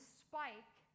spike